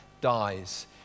dies